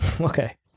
Okay